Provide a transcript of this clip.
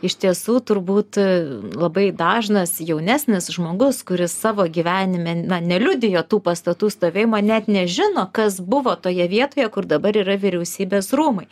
iš tiesų turbūt labai dažnas jaunesnis žmogus kuris savo gyvenime na neliudijo tų pastatų stovėjimo net nežino kas buvo toje vietoje kur dabar yra vyriausybės rūmai